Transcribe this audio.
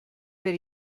per